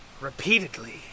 repeatedly